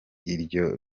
iryo